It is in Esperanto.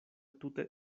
tute